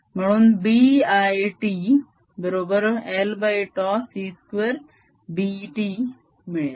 म्हणून B l t बरोबर lτ c2 B t मिळेल